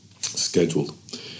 scheduled